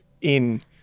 in-